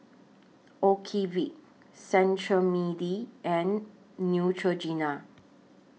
Ocuvite Cetrimide and Neutrogena